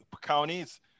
counties